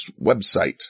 website